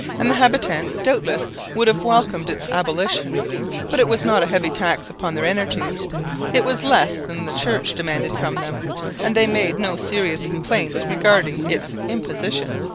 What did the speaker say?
and the habitants doubtless would have welcomed its abolition but it was not a heavy tax upon their energies it was less than the church demanded from them and they made no serious complaints regarding its imposition.